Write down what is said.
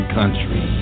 country